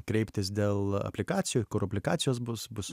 kreiptis dėl aplikacijų kur aplikacijos bus bus